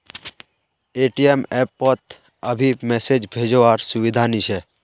ATM app पोत अभी message भेजो वार सुविधा नी छे